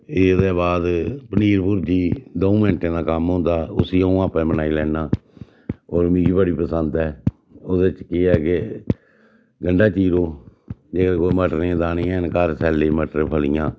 एह्दे बाद पनीर भुर्जी दऊं मैंट्टें दा कम्म होंदा उसी आ'ऊं आपूं बनाई लैन्ना होर मिगी बड़ी पसंद ऐ ओह्दे च केह् ऐ के गंढा चीरो जे कोई मटरें दे दाने हैन घर सैले मटर फलियां